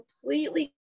completely